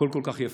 הכול כל כך יפה,